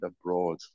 abroad